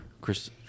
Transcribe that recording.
Chris